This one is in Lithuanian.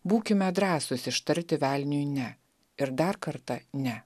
būkime drąsūs ištarti velniui ne ir dar kartą ne